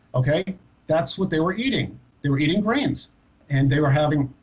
okay that's what they were eating they were eating grains and they were having